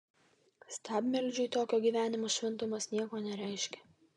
stabmeldžiui tokio gyvenimo šventumas nieko nereiškia